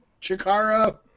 Chikara